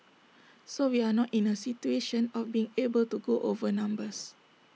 so we are not in A situation of being able to go over numbers